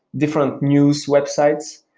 different news websites,